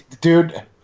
dude